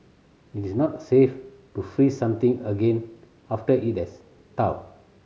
it is not safe to freeze something again after it has thawed